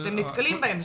אתם נתקלים בהם.